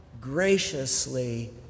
graciously